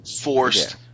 forced